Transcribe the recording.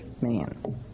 man